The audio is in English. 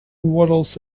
waddles